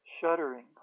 shuddering